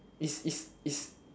is is is is